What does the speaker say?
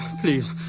please